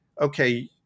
okay